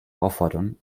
auffordern